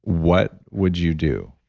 what would you do?